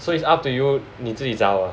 so it's up to you 你自己找的